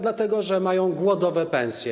Dlatego że mają głodowe pensje.